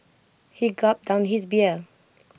he gulped down his beer